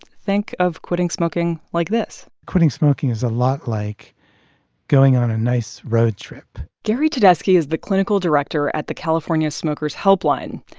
think of quitting smoking like this quitting smoking is a lot like going on a nice road trip gary tedeschi is the clinical director at the california smokers' helpline.